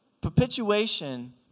perpetuation